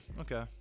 okay